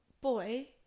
boy